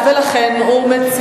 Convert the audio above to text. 2010. לקריאה ראשונה,